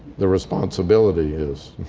the responsibility is.